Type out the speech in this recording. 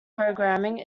programming